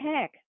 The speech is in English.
heck